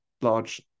large